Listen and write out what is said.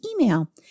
email